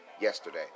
yesterday